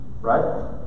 Right